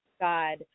God